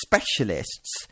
specialists